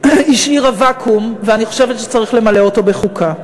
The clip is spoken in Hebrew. השאירה ואקום, אני חושבת שצריך למלא אותו בחוקה.